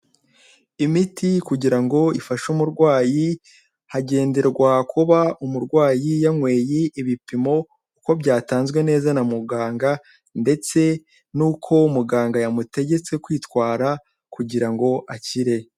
Imiti kuira ngo ifashe umurwayi, hagenderwa kuba umurwayi yanyweye ibupimo uko byatanzwe neza na muganga, ndetse n'uko muganga yamutegetse kwitwara kugira ngo akire.